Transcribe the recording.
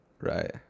Right